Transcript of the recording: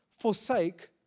forsake